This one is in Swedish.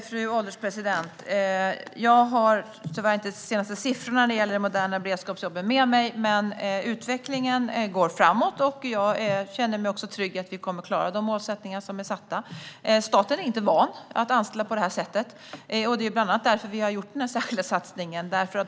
Fru ålderspresident! Jag har tyvärr inte de senaste siffrorna när det gäller de moderna beredskapsjobben med mig, men utvecklingen går framåt. Jag känner mig också trygg med att vi kommer att klara de målsättningar som är gjorda. Staten är inte van att anställa på det här sättet. Det är bland annat därför vi har gjort denna särskilda satsning.